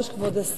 כבוד השר,